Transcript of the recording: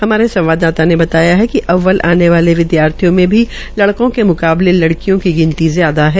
हमारे संवाददाता ने बताया कि अव्वल आने वाले विदयार्थियों में भी लड़कों के मुकाबले लड़कियों की गिनती ज्यादा है